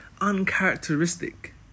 uncharacteristic